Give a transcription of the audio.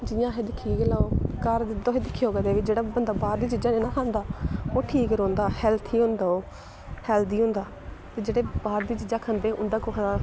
जियां अस दिक्खियै गै लैओ घर तुसें दिक्खओ कदें जेह्ड़ा बंदा बाह्र दियां चीजां नेईं ना खंदा ओह् ठीक रौंह्दा हैल्थी होंदा ओह् हैल्दी होंदा ते जेह्ड़े बाह्र दी चीजां खंदे उ'दा कुसा दा